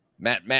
Matt